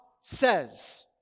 says